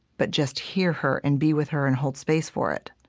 but just hear her and be with her and hold space for it,